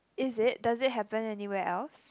is it does it happen anywhere else